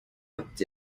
habt